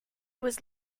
was